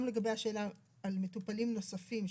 גם לגבי השאלה על מטופלים נוספים,